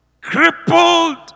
crippled